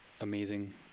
amazing